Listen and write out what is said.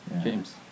james